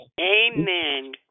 Amen